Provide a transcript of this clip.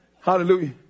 hallelujah